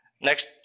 Next